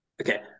Okay